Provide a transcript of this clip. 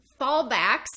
fallbacks